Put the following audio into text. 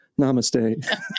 Namaste